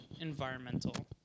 environmental